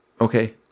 okay